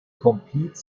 complete